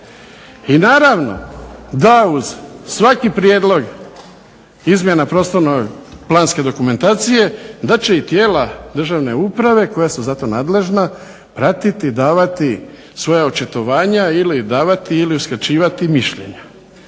I naravno da uz svaki prijedlog izmjena prostorno planske dokumentacije da će i tijela državne uprave koja su za to nadležna pratiti i davati svoja očitovanja ili davati ili uskraćivati mišljenja.